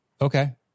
okay